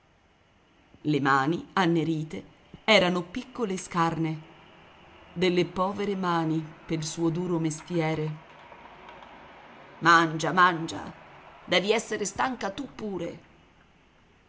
le mani annerite erano piccole e scarne delle povere mani pel suo duro mestiere mangia mangia devi essere stanca tu pure